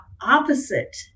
opposite